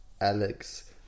Alex